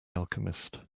alchemist